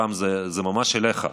רם, זה ממש אליך.